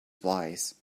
wise